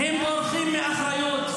הם בורחים מאחריות.